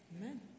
Amen